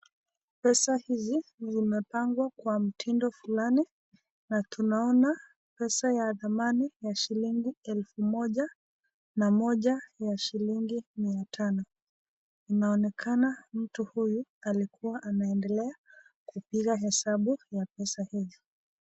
Pesa hizi zimepangwa kwa mtindo fulani na tunaona pesa ya thamani ya shilingi elfu moja na moja ya shilingi mia tano. Inaonekana mtu huyu alikuwa anaendelea kupiga hesabu ya pesa hizi.